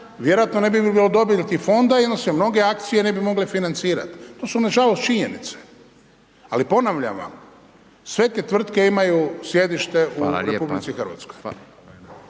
vjerojatno ne bi bilo dobiti fonda i onda se mnoge akcije ne bi mogle financirati. To su nažalost činjenice. Ali ponavljam vam, sve te tvrtke imaju sjedište u RH.